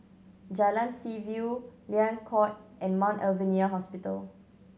Jalan Seaview Liang Court and Mount Alvernia Hospital